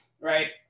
right